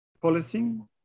policing